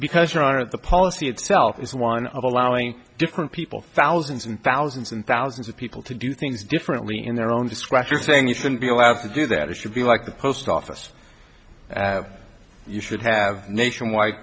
aren't the policy itself is one of allowing different people thousands and thousands and thousands of people to do things differently in their own discretion saying you shouldn't be allowed to do that or should be like the post office you should have nationwide